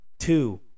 Two